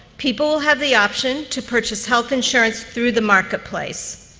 people will have the option to purchase health insurance through the marketplace.